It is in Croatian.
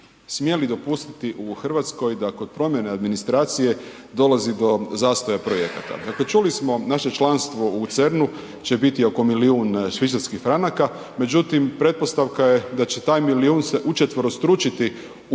smjeli dopustiti u Hrvatskoj da kod promjene administracije dolazi do zastoja projekata. Dakle, čuli smo, naše članstvo u CERN-u će biti oko milijun švicarskih franaka, međutim, pretpostavka je da će taj milijun se učetverostručiti u korist